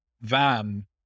van